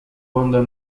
wonder